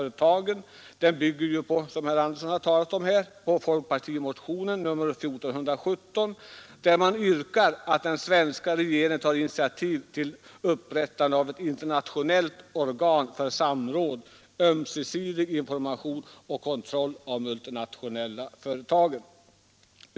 som herr Andersson i Örebro här har talat om — folkpartimotionen 1470, där man yrkar att den svenska regeringen tar initiativ till upprättandet av ett internationellt organ för samråd, ömsesidig information och kontroll av multinationella företag.